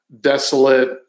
desolate